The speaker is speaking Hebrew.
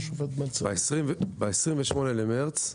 ב-28 למרס?